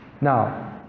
Now